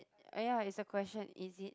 oh ya it's a question is it